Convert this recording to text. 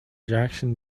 jackson